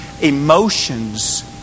emotions